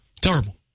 Terrible